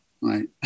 right